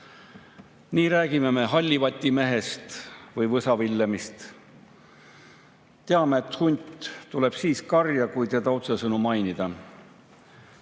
Nii räägime me hallivatimehest või võsavillemist. Teame, et hunt tuleb karja, kui teda otsesõnu mainida.